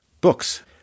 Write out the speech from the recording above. books